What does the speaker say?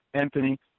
Anthony